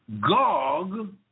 Gog